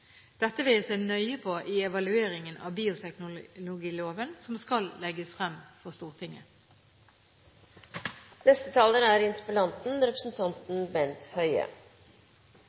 Dette vil jeg se nøye på i evalueringen av bioteknologiloven som skal legges frem for